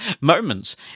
moments